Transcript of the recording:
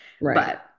Right